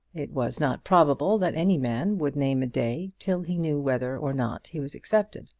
it was not probable that any man would name a day till he knew whether or not he was accepted.